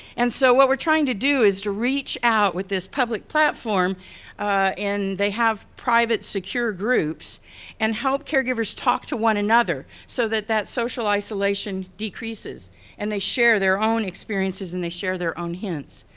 and so what we're trying to do is to reach out with this public platform and they have private secure groups and help caregivers talk to one another, so that that social isolation decreases and they share their own experiences and they share their own hints.